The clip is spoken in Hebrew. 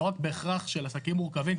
לא רק בהכרח של עסקים מורכבים,